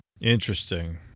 Interesting